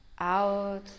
Out